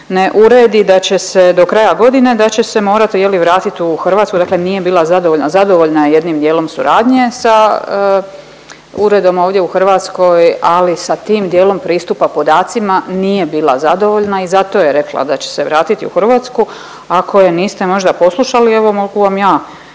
godine, da će se morati vratiti, je li, vratiti u Hrvatsku, dakle nije bila zadovoljna jednim dijelom suradnje sa uredom ovdje u Hrvatskoj ali sa tim dijelom pristupa podacima nije bila zadovoljna i zato je rekla da će se vratiti u Hrvatsku. Ako je niste možda poslušali evo mogu vam ja